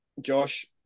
Josh